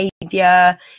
behavior